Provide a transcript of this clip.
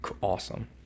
Awesome